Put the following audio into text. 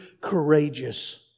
courageous